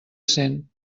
cent